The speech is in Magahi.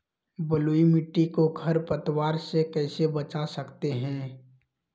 बलुई मिट्टी को खर पतवार से कैसे बच्चा सकते हैँ?